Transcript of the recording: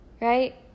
Right